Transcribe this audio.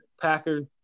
Packers